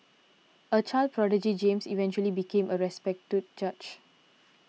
a child prodigy James eventually became a respected judge